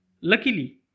Luckily